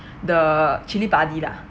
the chilli padi lah